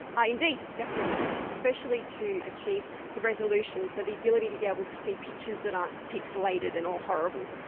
ah indeed, definitely, especially to achieve the resolution, so the ability to be able to see pictures that aren't pixelated and all horrible.